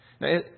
Now